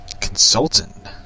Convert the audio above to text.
consultant